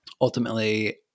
ultimately